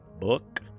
Book